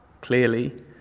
clearly